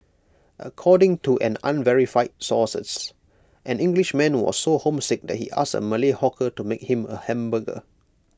according to an unverified sources an Englishman was so homesick that he asked A Malay hawker to make him A hamburger